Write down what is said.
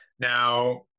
Now